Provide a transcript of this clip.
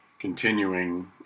continuing